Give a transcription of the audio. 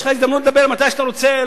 יש לך הזדמנות לדבר מתי שאתה רוצה,